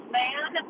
man